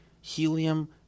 helium